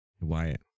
Wyatt